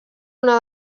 una